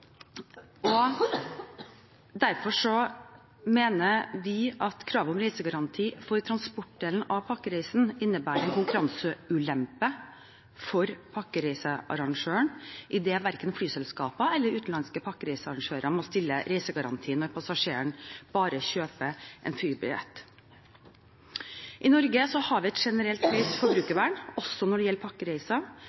og derfor mener vi at kravet om reisegaranti for transportdelen av pakkereisen innebærer konkurranseulempe for pakkereisearrangøren, idet verken flyselskaper eller utenlandske pakkereisearrangører må stille reisegaranti når passasjeren bare kjøper en flybillett. I Norge har vi et generelt